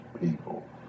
people